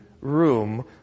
room